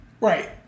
Right